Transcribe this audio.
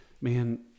man